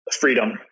Freedom